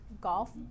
golf